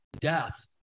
death